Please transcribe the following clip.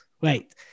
wait